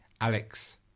Alex